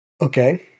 Okay